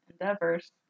endeavors